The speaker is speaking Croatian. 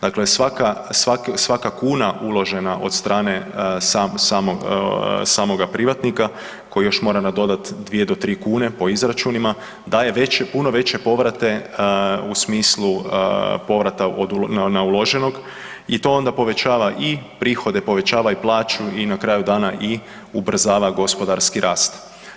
Dakle, svaka kuna uložena od strane samoga privatnika koji još mora nadodati 2-3 kune po izračunima daje veće, puno veće povrate u smislu povrata na uloženog i to onda povećava i prihode, povećava i plaću i na kraju dana i ubrzava gospodarski rast.